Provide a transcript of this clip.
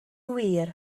wir